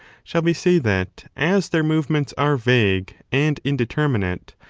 shall we say that, as their movements are vague and indeterminate,